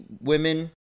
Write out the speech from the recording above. women